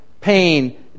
pain